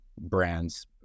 brands